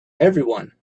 everyone